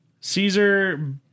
Caesar